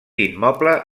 immoble